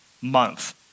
month